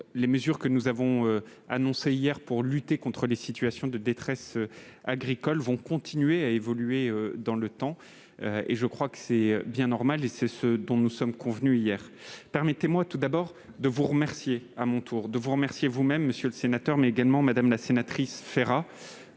les mesures que nous avons annoncées hier pour lutter contre les situations de détresse agricole continueront évidemment à évoluer dans le temps. C'est bien normal et c'est ce dont nous sommes convenus. Permettez-moi tout d'abord de vous remercier à mon tour, non seulement vous, monsieur le sénateur, mais également Mme Françoise Férat,